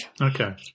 Okay